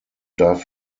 darf